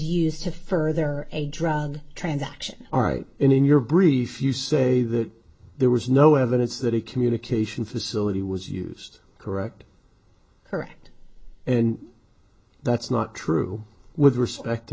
used to further a drug transaction are right in your brief you say that there was no evidence that a communication facility was used correct correct and that's not true with respect to